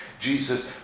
Jesus